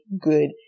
good